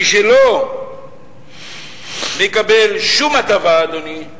מי שלא מקבל שום הטבה, אדוני,